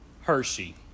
Hershey